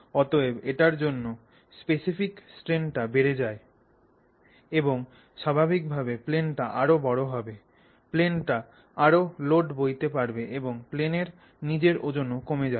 অতএব এটার জন্য স্পেসিফিক স্ট্রেন টা বেড়ে যায় এবং স্বাভাবিকভাবে প্লেন টা আরও বড় হবে প্লেন টা আরও লোড বইতে পারবে এবং প্লেনের নিজের ওজনও কমে যাবে